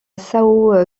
sao